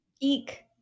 Eek